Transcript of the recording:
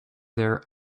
their